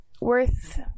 worth